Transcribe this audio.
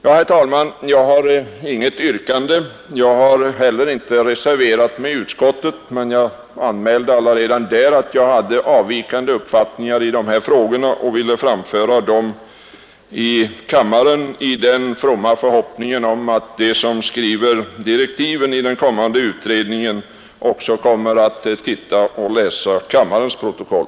Herr talman! Jag har inget yrkande. Jag har heller inte reserverat mig i utskottet, men jag anmälde allaredan där att jag hade avvikande uppfattningar i de här frågorna och ville framföra dem i kammaren, i den fromma förhoppningen att de som skriver direktiven till den kommande utredningen också kommer att läsa kammarens protokoll.